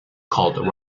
called